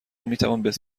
میتوان